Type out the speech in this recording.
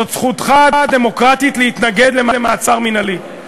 זאת זכותך הדמוקרטית להתנגד למעצר מינהלי,